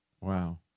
Wow